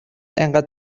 اینقدر